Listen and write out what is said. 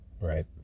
Right